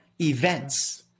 events